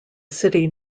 city